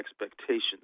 Expectations